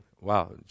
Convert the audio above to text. wow